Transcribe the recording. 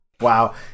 Wow